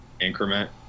increment